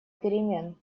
перемен